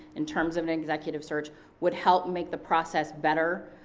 in terms of an executive search would help make the process better,